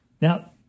Now